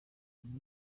ubundi